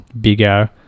bigger